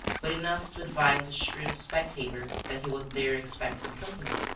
but enough to advise a shrewd spectator that he was there expecting company,